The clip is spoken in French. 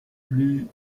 plus